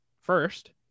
first